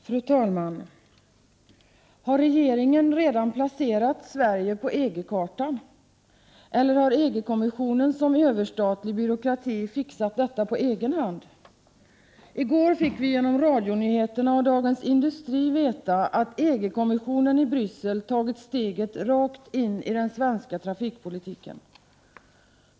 Fru talman! Har regeringen redan placerat Sverige på EG-kartan, eller har EG-kommissionen som överstatlig byråkrati fixat detta på egen hand? I går fick vi genom radionyheterna och Dagens Industri veta att EG-kommissionen i Bryssel tagit steget rakt in i den svenska trafikpolitiken.